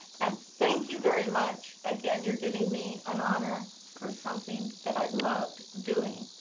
and thank you very much. again, you're giving me an honor for something that i loved doing.